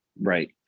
Right